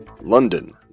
London